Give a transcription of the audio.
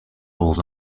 holes